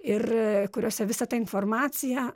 ir kuriuose visa ta informacija